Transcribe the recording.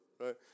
right